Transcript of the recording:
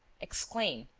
exclaimed,